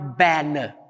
banner